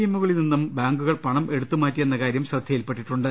എമ്മുകളിൽ നിന്നും ബാങ്കുകൾ പണം എടുത്തുമാറ്റിയെന്ന കാര്യം ശ്രദ്ധയിൽ പെട്ടിട്ടുണ്ട്